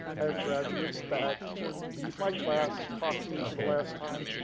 i have graduates that leave my class, talked to me for the last time,